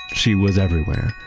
she was everywhere.